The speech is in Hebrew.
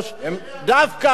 דווקא,